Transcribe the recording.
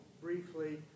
briefly